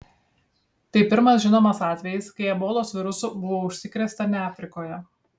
tai pirmas žinomas atvejis kai ebolos virusu buvo užsikrėsta ne afrikoje